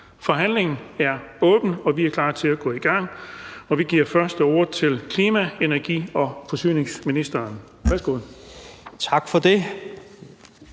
Forhandlingen er åbnet, og vi er klar til at gå i gang. Vi giver først ordet til klima-, energi- og forsyningsministeren.